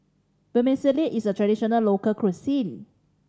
vermicelli is a traditional local cuisine